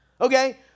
okay